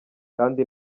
kandi